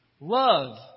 love